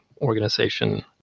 organization